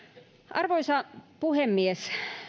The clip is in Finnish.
arvoisa puhemies